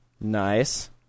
Nice